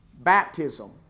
Baptism